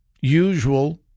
usual